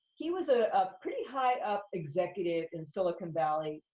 he was a pretty high-up executive in silicon valley,